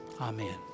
Amen